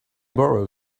borrow